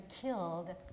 killed